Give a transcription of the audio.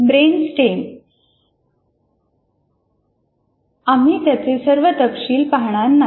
brain stem आम्ही त्याचे सर्व तपशील पाहणार नाही